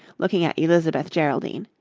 looking at elizabeth geraldine,